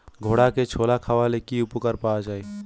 ঘোড়াকে ছোলা খাওয়ালে কি উপকার পাওয়া যায়?